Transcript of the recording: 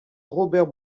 robert